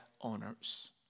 owners